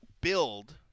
build